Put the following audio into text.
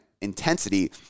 intensity